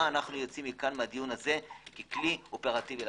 מה אנו יוצאים מהדיון הזה ככלי אופרטיבי?